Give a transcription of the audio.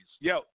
Yo